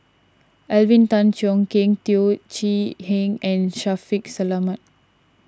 Alvin Tan Cheong Kheng Teo Chee Hean and Shaffiq Selamat